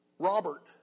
Robert